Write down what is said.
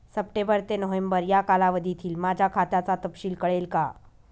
September ते November या कालावधीतील माझ्या खात्याचा तपशील कळेल का?